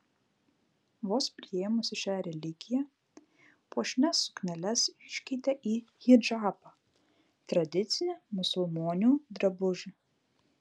vos priėmusi šią religiją puošnias sukneles iškeitė į hidžabą tradicinį musulmonių drabužį